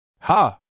Ha